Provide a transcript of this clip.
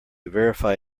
verify